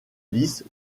liste